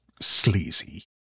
sleazy